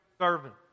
servant